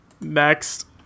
Next